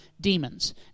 demons